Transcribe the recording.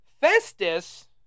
Festus